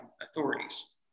authorities